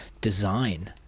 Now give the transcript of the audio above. design